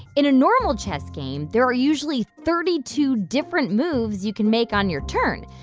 in a normal chess game, there are usually thirty two different moves you can make on your turn.